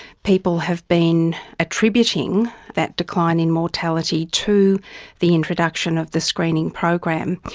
people have been attributing that decline in mortality to the introduction of the screening program.